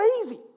crazy